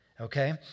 okay